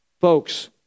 Folks